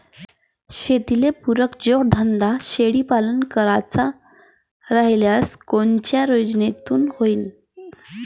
शेतीले पुरक जोडधंदा शेळीपालन करायचा राह्यल्यास कोनच्या योजनेतून होईन?